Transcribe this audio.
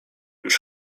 już